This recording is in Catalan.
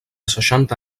seixanta